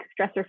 stressor